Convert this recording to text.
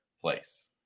place